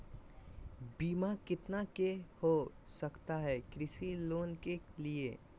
बीमा कितना के हो सकता है कृषि लोन के लिए?